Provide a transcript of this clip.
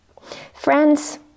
Friends